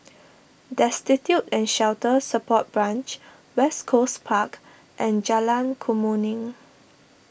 Destitute and Shelter Support Branch West Coast Park and Jalan Kemuning